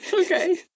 Okay